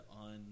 on